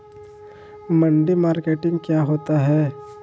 मंडी मार्केटिंग क्या होता है?